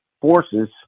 forces